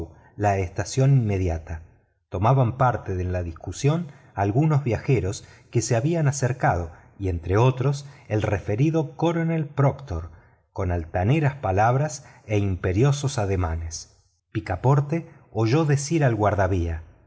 la estación inmediata tomaban parte de la discusión algunos viajeros que se habían acercado y entre otros el referido coronel proctor con altaneras palabras e imperiosos ademanes picaporte oyó decir al guardavía